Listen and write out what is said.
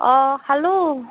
অঁ খালোঁ